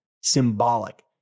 symbolic